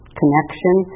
connection